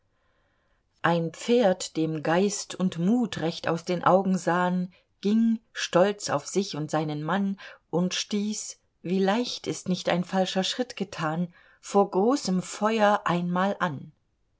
ein pferd dem geist und mut recht aus den augen sahn ging stolz auf sich und seinen mann und stieß wie leicht ist nicht ein falscher schritt getan vor großem feuer einmal an